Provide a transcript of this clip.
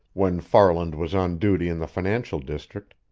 when farland was on duty in the financial district,